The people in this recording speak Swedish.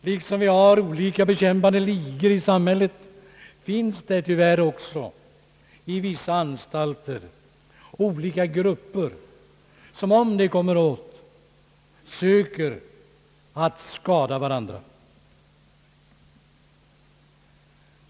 Liksom det i samhället finns olika ligor som bekämpar varandra så finns det också inom vissa anstalter olika grupper vilka, om de kommer ihop, söker skada varandra.